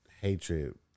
hatred